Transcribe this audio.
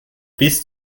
bis